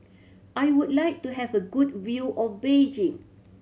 I would like to have a good view of Beijing